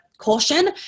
Caution